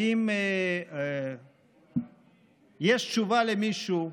האם יש תשובה למישהו,